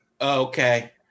Okay